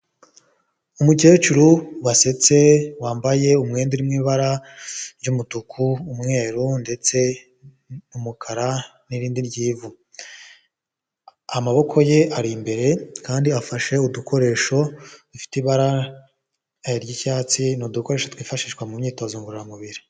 Umukecuru wasetse wambaye umwenda uri mu ibara ry'umutuku, umweru ndetse n'umukara n'irindi ry'ivu, amaboko ye ari imbere kandi afashe udukoresho dufite ibara ry'icyatsi ni udukoresho twifashishwa mu myitozo ngororamubiri.